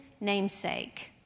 namesake